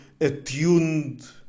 attuned